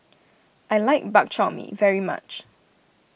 I like Bak Chor Mee very much